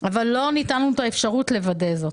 אבל לא ניתנה לנו אפשרות לוודא זאת.